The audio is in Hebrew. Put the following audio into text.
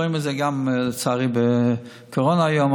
רואים את זה גם בקורונה היום,